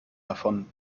davon